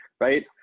right